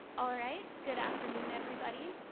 all right good, afternoon everybody.